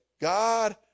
God